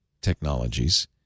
technologies